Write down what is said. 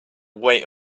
wait